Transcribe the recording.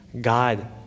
God